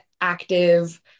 active